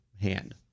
hand